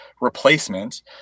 replacement